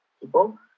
people